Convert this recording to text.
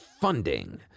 funding